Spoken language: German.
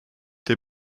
der